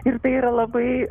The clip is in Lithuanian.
ir tai yra labai